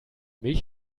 milch